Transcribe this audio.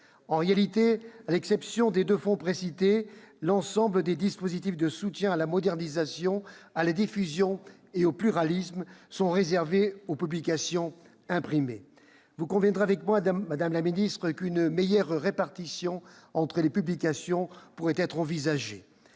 En réalité, à l'exception des deux fonds précités, l'ensemble des dispositifs de soutien à la modernisation, à la diffusion et au pluralisme sont réservés aux publications imprimées. Vous conviendrez avec moi, madame la ministre, qu'une meilleure répartition entre les publications pourrait être envisagée.